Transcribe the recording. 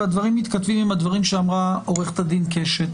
והדברים מתכתבים עם הדברים שאמרה עורכת הדין קשת